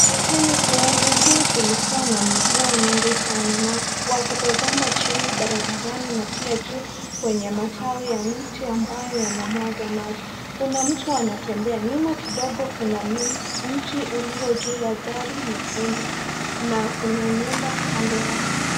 Inaonekana sehemu hii kulikuwa na mvua mingi sana kwa kutazama chini barabarani na pia juu kwenye matawi ya mti ambayo yanamwaga maji. Kuna mtu anatembea, nyuma kidogo kuna mti ulio juu ya gari nyekundu na kuna nyumba kando ya.